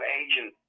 agent